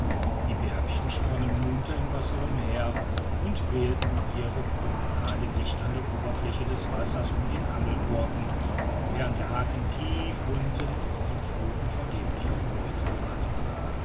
die bärbchen sprangen munter im wasser umher und wählten ihre promenaden dicht an der oberfläche des wassers um den angelkork während der haken tief unten in der fluth vergeblich auf beute harrte